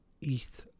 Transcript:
eth